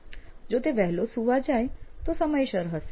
જો તે વહેલો સૂવા જાય તો તે સમયસર હશે